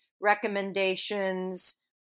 recommendations